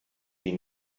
den